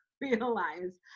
realize